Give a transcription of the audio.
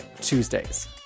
Tuesdays